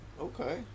Okay